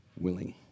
willing